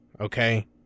Okay